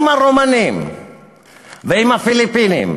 עם הרומנים ועם הפיליפינים.